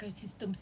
and like